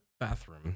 Bathroom